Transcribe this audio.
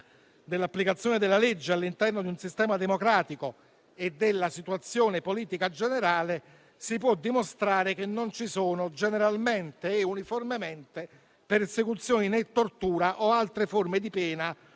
dell'applicazione della legge all'interno di un sistema democratico e della situazione politica generale, si può dimostrare che non ci sono generalmente e uniformemente persecuzioni, né tortura o altre forme di pena